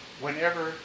whenever